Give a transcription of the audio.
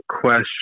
question